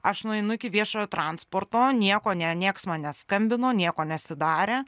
aš nueinu iki viešojo transporto nieko ne nieks man neskambino nieko nesidarė